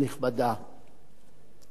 תשובתי להצעת החוק הזאת תהיה קצרה.